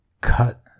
cut